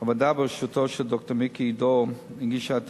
הוועדה בראשותו של ד"ר מיקי דור הגישה את